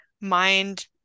mind